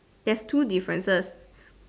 there's two differences